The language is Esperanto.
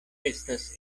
estas